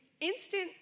instant